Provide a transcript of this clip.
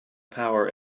power